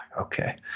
okay